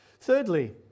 Thirdly